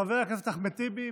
חבר הכנסת אחמד טיבי,